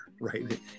right